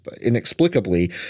inexplicably